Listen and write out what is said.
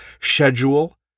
schedule